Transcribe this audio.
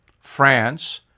France